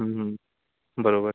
बरोबर